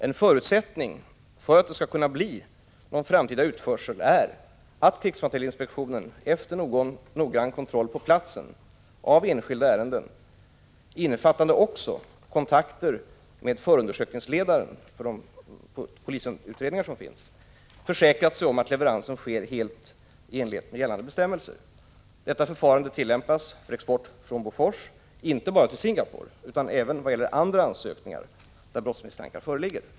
En förutsättning för att det skall kunna bli någon framtida utförsel är att krigsmaterielinspektionen efter noggrann kontroll på platsen av enskilda ärenden, innefattande också kontakter med förundersökningsledaren för de polisutredningar som finns, försäkrat sig om att leveransen sker helt i enlighet med gällande bestämmelser. Detta förfarande tillämpas för export från Bofors inte bara till Singapore utan även vad gäller andra ansökningar där brottsmisstankar föreligger.